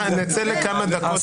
לכמה דקות